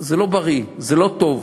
זה לא בריא, זה לא טוב.